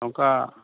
ᱱᱚᱝᱠᱟ